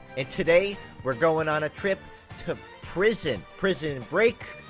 and today, we're going on a trip to prison! prison. break.